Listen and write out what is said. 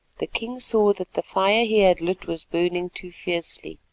the king saw that the fire he had lit was burning too fiercely.